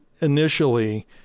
initially